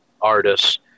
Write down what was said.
artists